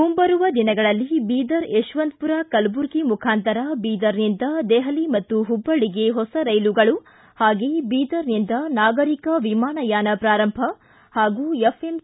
ಮುಂಬರುವ ದಿನಗಳಲ್ಲಿ ಬೀದರ ಯತವಂತಪೂರ ಕಲಬುರಗಿ ಮುಖಾಂತರ ಬೀದರನಿಂದ ದೆಹಲಿ ಮತ್ತು ಹುಬ್ಬಳ್ಳಿಗೆ ಹೊಸ ರೈಲುಗಳು ಹಾಗೆ ಬೀದರನಿಂದ ನಾಗರಿಕ ವಿಮಾನಯಾನ ಪ್ರಾರಂಭ ಹಾಗೂ ಎಫ್ ಎಮ್